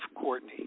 Courtney